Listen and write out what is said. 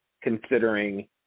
considering